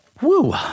Woo